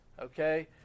okay